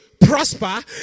prosper